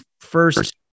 first